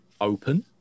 open